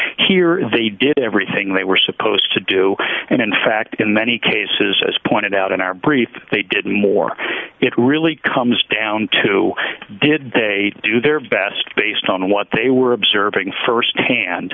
is they did everything they were supposed to do and in fact in many cases as pointed out in our briefs they didn't more it really comes down to did they do their best based on what they were observing st hand